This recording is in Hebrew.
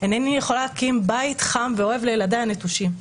אינני יכולה להקים בית חם ואוהב לילדיי הנטושים.